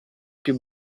più